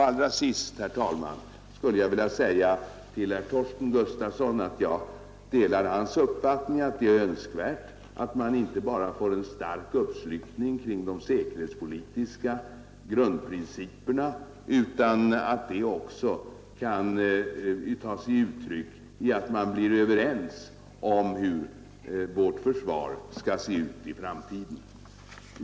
Allra sist, herr talman, skulle jag vilja säga till herr Torsten Gustafsson att jag delar hans uppfattning att det är önskvärt att man inte bara får en stark uppslutning kring de säkerhetspolitiska grundprinciperna utan att man också blir överens om hur vårt försvar skall se ut i framtiden.